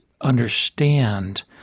understand